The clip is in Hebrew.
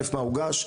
מה הוגש,